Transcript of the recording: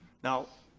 now,